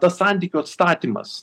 tas santykių atstatymas